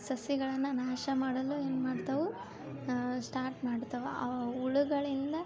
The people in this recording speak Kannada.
ಸಸಿಗಳನ್ನ ನಾಶ ಮಾಡಲು ಏನು ಮಾಡ್ತಾವು ಸ್ಟಾರ್ಟ್ ಮಾಡ್ತಾವು ಆ ಹುಳಗಳಿಂದ